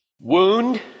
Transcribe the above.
wound